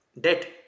debt